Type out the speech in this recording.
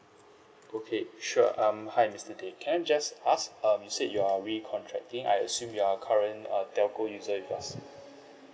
okay sure um hi mister day can I just ask um you said you are recontracting I assume you are current uh telco user with us